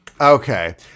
Okay